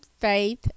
faith